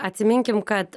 atsiminkim kad